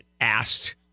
asked